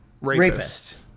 Rapist